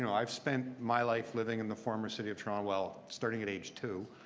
and i've spent my life living in the former city of toronto. well, starting at age two.